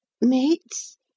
mates